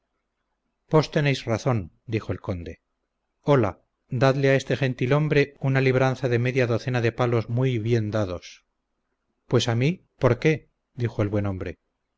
vos tenéis razón dijo el conde ola dadle a este gentilhombre una libranza de media docena de palos muy bien dados pues a mí por qué dijo el buen hombre